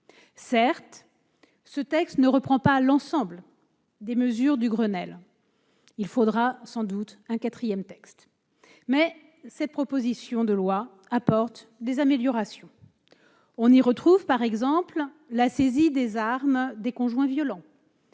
Certes, ce texte ne reprend pas l'ensemble des recommandations du Grenelle et il faudra sans doute un quatrième texte. Néanmoins, cette proposition de loi apporte des améliorations. On y retrouve, par exemple, la saisie des armes des conjoints violents,